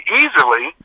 easily